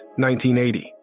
1980